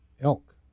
Elk